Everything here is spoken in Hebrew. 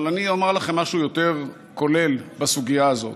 אני אומר לכם משהו יותר כולל בסוגיה הזאת: